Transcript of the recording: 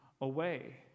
away